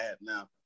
now